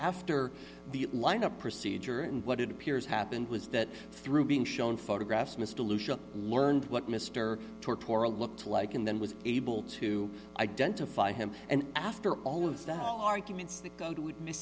after the lineup procedure and what it appears happened was that through being shown photographs miss de lucia learned what mr tortorella looked like and then was able to identify him and after all is that all arguments that go to admi